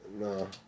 No